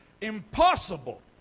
impossible